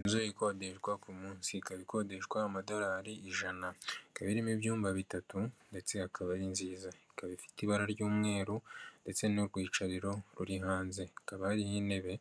Inzu ikodeshwa, ku munsi ikaba ikodeshwa amadorari ijana, ikaba irimo ibyumba bitatu ndetse akaba ari nziza, ikaba ifite ibara ry'umweru ndetse n'urwicariro ruri hanze, hakaba hariho intebe